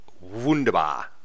Wunderbar